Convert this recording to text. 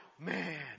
man